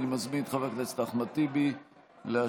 אני מזמין את חבר הכנסת אחמד טיבי להשיב.